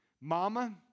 Mama